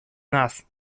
nas